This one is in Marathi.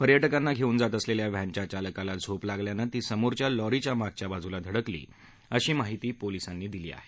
पर्यटकांना धेऊन जात असलेल्या व्हॅनच्या चालकाला झोप लागल्यानं ती समोरच्या लॉरीच्या मागच्या बाजुला धकडली अशी माहिती पोलीसांनी दिली आहे